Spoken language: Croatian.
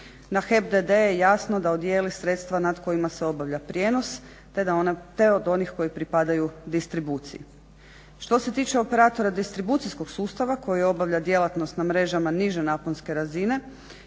Na HEP d.d. je jasno da … sredstva nad kojima se obavlja prijenos te od onih koji pripadaju distribuciji. Što se tiče operatora distribucijskog sustava koji obavlja djelatnost na mrežama niže naponske razine,